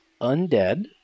undead